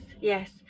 yes